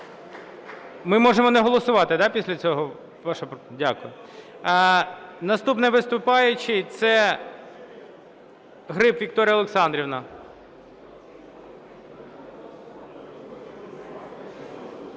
Ми можемо не голосувати після цього вашого? Дякую. Наступний виступаючий – це Гриб Вікторія Олександрівна.